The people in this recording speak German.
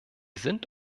sind